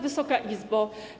Wysoka Izbo!